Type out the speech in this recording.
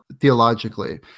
theologically